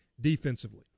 defensively